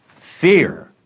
Fear